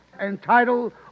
entitled